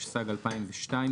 התשס"ג- 2002,